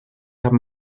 haben